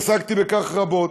עסקתי בכך רבות,